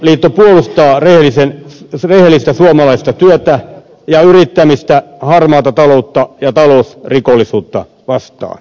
vasemmistoliitto puolustaa rehellistä suomalaista työtä ja yrittämistä harmaata taloutta ja talousrikollisuutta vastaan